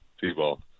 people